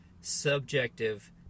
subjective